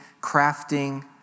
crafting